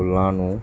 ਫੁੱਲਾਂ ਨੂੰ